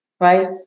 right